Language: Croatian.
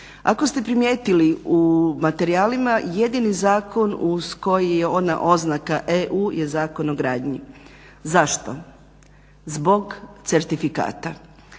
Ako ste primijetili u materijalima jedini zakon uz koji je ona oznaka EU je Zakon o gradnji. Zašto? Zbog certifikata.